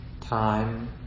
time